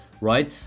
right